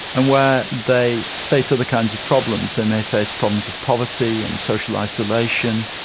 and where they face other kinds of problems. they may face problems of poverty and social isolation,